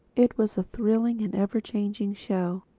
it was a thrilling and ever-changing show.